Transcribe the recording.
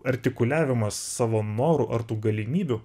artikuliavimas savo norų ar tų galimybių